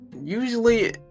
usually